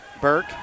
Burke